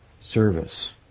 Service